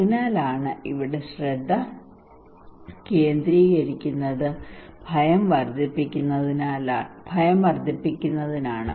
അതിനാൽ ഇവിടെ ശ്രദ്ധ കേന്ദ്രീകരിക്കുന്നത് ഭയം വർദ്ധിപ്പിക്കുന്നതിലാണ്